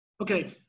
Okay